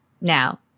now